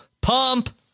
pump